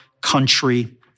country